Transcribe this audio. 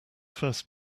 first